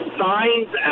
signs